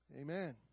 Amen